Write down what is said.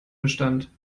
bestand